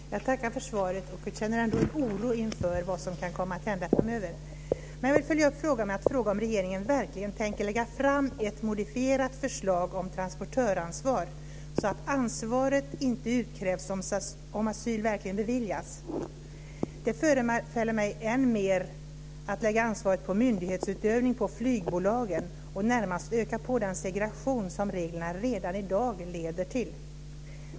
Fru talman! Jag tackar för svaret. Jag känner ändå en oro för vad som kan komma att hända framöver. Men jag vill följa upp frågorna med att fråga om regeringen verkligen tänker lägga fram ett modifierat förslag om transportörsansvar så att ansvar inte utkrävs om asyl verkligen beviljas. Det förefaller mig än mer som att lägga ansvaret för myndighetsutövning på flygbolagen och närmast öka på den segregation som reglerna redan i dag leder till.